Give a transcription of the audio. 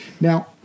Now